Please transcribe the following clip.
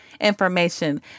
information